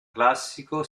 classico